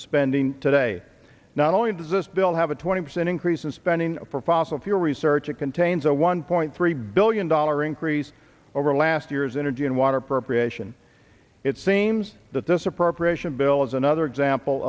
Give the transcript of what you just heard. spending today not only does this bill have a twenty percent increase in spending for fossil fuel research it contains a one point three billion dollar increase over last year's energy and water appropriation it seems that this appropriation bill is another example